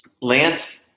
lance